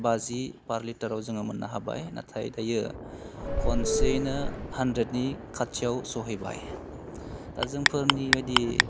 बाजि पार लिटाराव जोङो मोननो हाबाय नाथाय दायो खनसेयैनो हानड्रेडनि खाथियाव सहैबाय दा जोंफोरनि बायदि